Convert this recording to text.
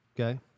okay